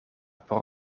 por